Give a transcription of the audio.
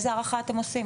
איזו הערה אתם עושים?